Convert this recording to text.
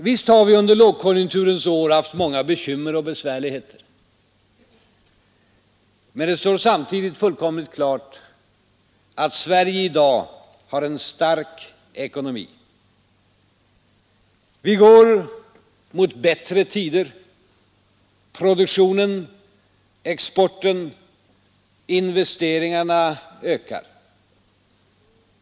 Visst har vi under lågkonjunkturens år haft många bekymmer och pesvärligheter en det står samtidigt f omlig art att Sverige ag Måndagen den besvärligheter, men det står samtidigt fullkomligt klart att Sverige i da 4 juni 1973 har en stark ekonomi. Vi går mot bättre tider. Produktionen, exporten, investeringarna ökar.